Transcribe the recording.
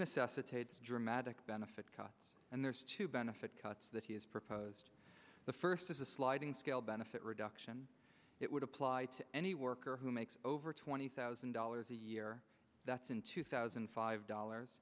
necessitates dramatic benefit cuts and their benefit cuts that he has proposed the first is a sliding scale benefit reduction it would apply to any worker who makes over twenty thousand dollars a year that's in two thousand and five dollars